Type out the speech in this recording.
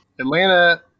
Atlanta